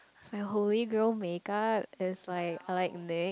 my Holy Grail make up is like I like NYX